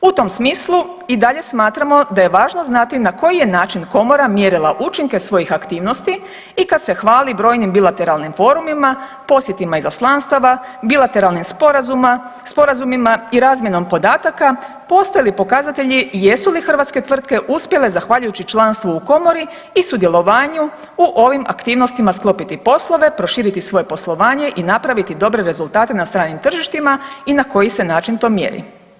U tom smislu i dalje smatramo da je važno znati na koji je način Komora mjerila učinke svojih aktivnosti i kad se hvali brojnim bilateralnim forumima, posjetima izaslanstava, bilateralnim sporazumima i razmjenom podataka, postoje li pokazatelji jesu li hrvatske tvrtke uspjele, zahvaljujući članstvu u Komori i sudjelovanju u ovim aktivnostima sklopiti poslove, proširiti svoje poslovanje i napraviti dobre rezultate na stranim tržištima i na koji se način to mjeri.